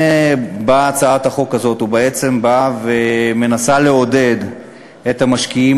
לכן באה הצעת החוק הזאת ומנסה לעודד את המשקיעים